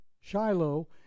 Shiloh